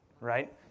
right